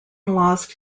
lost